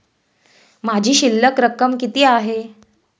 माझी शिल्लक रक्कम किती आहे?